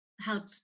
help